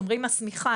אומרים 'השמיכה',